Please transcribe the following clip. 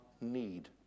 need